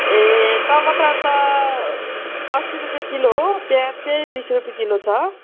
ए टमाटर त अस्सी रुपियाँ किलो हो प्याज चाहिँ बिस रुपियाँ किलो छ